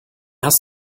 hast